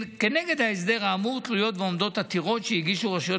כנגד ההסדר האמור תלויות ועומדות עתירות שהגישו רשויות